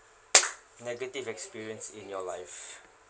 negative experience in your life